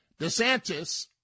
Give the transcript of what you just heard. DeSantis